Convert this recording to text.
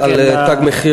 כן, מילה אחת על "תג מחיר".